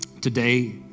Today